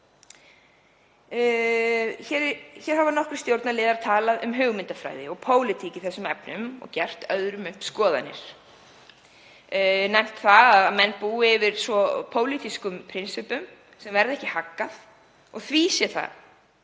Hér hafa nokkrir stjórnarliðar talað um hugmyndafræði og pólitík í þessum efnum og gert öðrum upp skoðanir; nefnt að menn búi yfir pólitískum prinsippum sem verði ekki haggað og því sé það